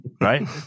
Right